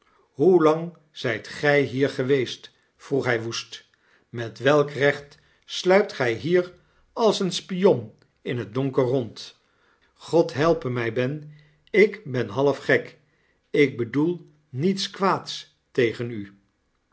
hoelang zijt gij hier geweest vroeg hij woest met welk recht sluipt gij hier als een spion in het donker rond god helpe mij ben ik ben halfgek ik bedoel niets kwaads tegen u